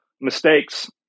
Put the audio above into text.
mistakes